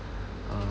uh